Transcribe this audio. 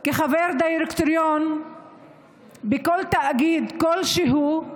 כחברת דירקטוריון בכל תאגיד כלשהו,